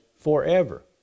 forever